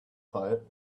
tired